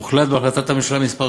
הוחלט בהחלטת הממשלה מס'